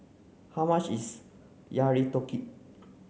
how much is Yakitori